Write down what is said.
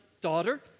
Daughter